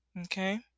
Okay